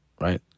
right